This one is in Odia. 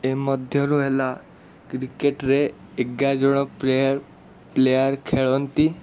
ଏ ମଧ୍ୟରୁ ହେଲା କ୍ରିକେଟ୍ ରେ ଏଗାରଜଣ ପ୍ଲେୟାର୍ ପ୍ଲେୟାର୍ ଖେଳନ୍ତି